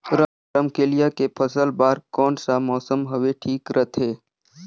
रमकेलिया के फसल बार कोन सा मौसम हवे ठीक रथे?